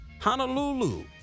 Honolulu